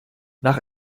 nach